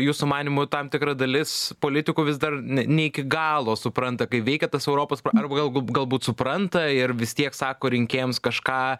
jūsų manymu tam tikra dalis politikų vis dar ne iki galo supranta kaip veikia tas europos parlamentas arba galbūt supranta ir vis tiek sako rinkėjams kažką